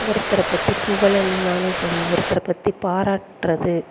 ஒருத்தரை பற்றி புகழணுன்னாலும் சரி ஒருத்தரை பற்றி பாராட்டுறது